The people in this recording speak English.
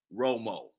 Romo